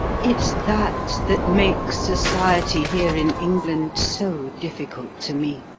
it's that that makes society here in england so difficult to me.